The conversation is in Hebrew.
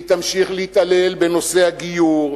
והיא תמשיך להתעלל בנושא הגיור,